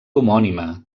homònima